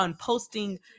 posting